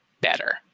better